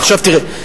עכשיו תראה.